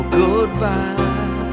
goodbye